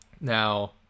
Now